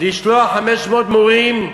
לשלוח 500 מורים,